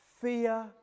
Fear